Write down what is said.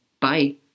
Bye